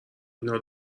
اینا